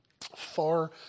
far